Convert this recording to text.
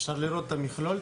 אפשר לראות את המכלול?